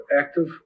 active